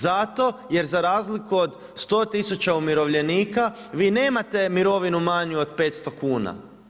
Zato je za razliku od 100 tisuća umirovljenika vi nemate mirovinu manju od 500 kuna.